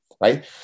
right